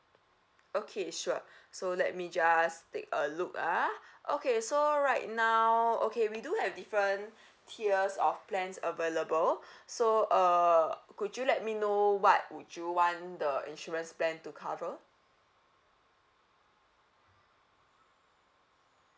okay sure so let me just take a look ah okay so right now okay we do have different tiers of plans available so uh could you let me know what would you want the insurance plan to cover